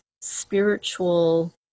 spiritual